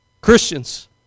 Christians